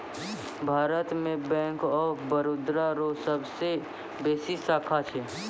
भारत मे bank of Baroda रो सबसे बेसी शाखा छै